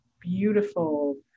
beautiful